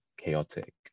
chaotic